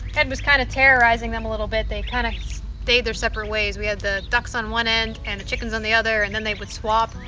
was kind of terrorizing them a little bit they kind of stayed their separate ways. we have the ducks on one end and the chickens on the other and then they would swap.